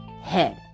head